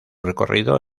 recorrido